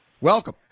Welcome